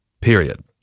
Period